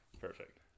Perfect